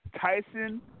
Tyson